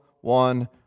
one